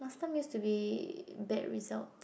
last time used to be bad results